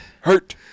Hurt